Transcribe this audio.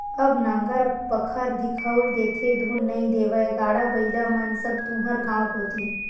अब नांगर बखर दिखउल देथे धुन नइ देवय गाड़ा बइला मन सब तुँहर गाँव कोती